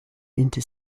into